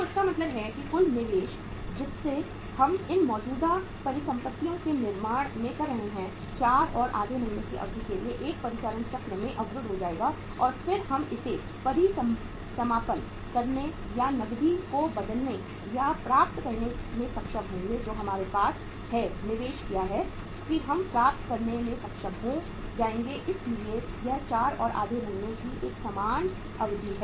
तो इसका मतलब है कि कुल निवेश जिसे हम इन मौजूदा परिसंपत्तियों के निर्माण में कर रहे हैं 4 और आधे महीने की अवधि के लिए 1 परिचालन चक्र में अवरुद्ध हो जाएगा और फिर हम इसे परिसमापन करने या नकदी को बदलने या प्राप्त करने में सक्षम होंगे जो हमारे पास है निवेश किया है कि हम प्राप्त करने में सक्षम हो जाएंगे इसलिए यह 4 और आधे महीने की एक सामान्य अवधि है